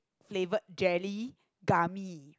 flavor jelly kami